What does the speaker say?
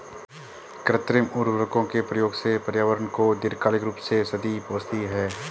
कृत्रिम उर्वरकों के प्रयोग से पर्यावरण को दीर्घकालिक रूप से क्षति पहुंचती है